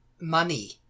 money